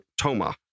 Toma